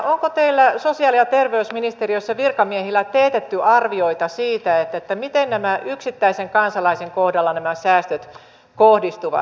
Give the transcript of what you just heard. onko teillä sosiaali ja terveysministeriössä virkamiehillä teetetty arvioita siitä miten nämä säästöt yksittäisen kansalaisen kohdalla kohdistuvat